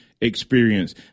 experience